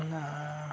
ᱚᱱᱟ